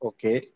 Okay